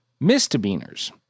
misdemeanors